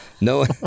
No